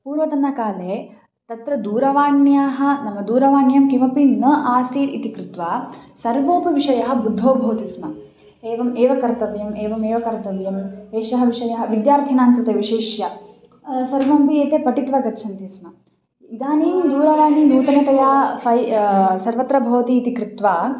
पूर्वतनकाले तत्र दूरवाण्याः नम दूरवाण्यां किमपि न आसन् इति कृत्वा सर्वोऽपि विषयः बुद्धौ भवति स्म एवम् एव कर्तव्यं एवम् एव कर्तव्यम् एषः विषयः विद्यार्थिनां कृते विशिष्य सर्वमपि एते पठित्वा गच्छन्ति स्म इदानीं दूरवाणी नूतनतया फ़ै सर्वत्र भवति इति कृत्वा